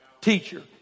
teacher